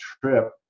trip